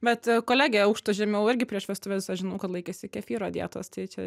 vat kolegė aukštu žemiau irgi prieš vestuves aš žinau kad laikėsi kefyro dietos tai čia